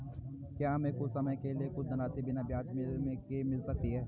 क्या हमें कुछ समय के लिए कुछ धनराशि बिना ब्याज के मिल सकती है?